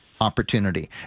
Opportunity